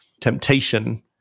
temptation